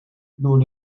door